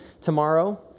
tomorrow